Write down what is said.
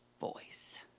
voice